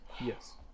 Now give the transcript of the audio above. Yes